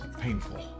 painful